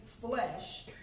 flesh